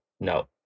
no